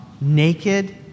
naked